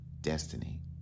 destiny